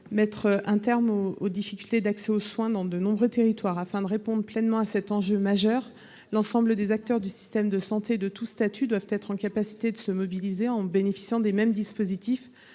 mettre un terme aux difficultés d'accès aux soins dans de nombreux territoires. Afin de répondre pleinement à cet enjeu majeur, l'ensemble des acteurs du système de santé, quel que soit leur statut, doivent pouvoir se mobiliser et bénéficier pour cela des mêmes dispositifs